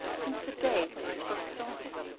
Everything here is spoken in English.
since the day when i first saw him.